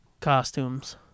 costumes